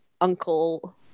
uncle